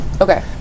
okay